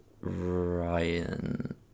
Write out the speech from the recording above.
Ryan